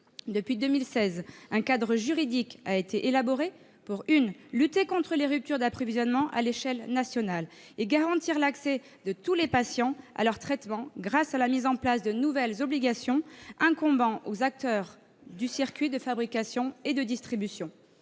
Depuis 2016, un cadre juridique a été élaboré pour lutter contre les ruptures d'approvisionnement à l'échelle nationale et garantir l'accès de tous les patients à leur traitement, grâce à la mise en oeuvre de nouvelles obligations incombant aux acteurs du circuit de fabrication et de distribution.